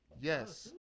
Yes